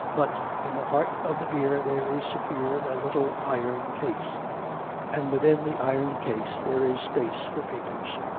but in the heart of the beer there is secured a little iron case and within the iron case there is space for papers.